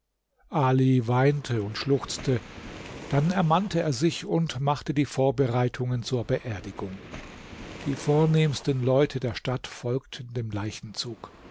ali weinte und schluchzte dann ermannte er sich und machte die vorbereitungen zur beerdigung die vornehmsten leute der stadt folgten dem leichenzug